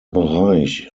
bereich